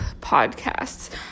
podcasts